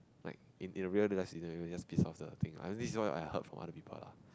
like in the resident you will just piss of the things I mean this all I heard from other people lah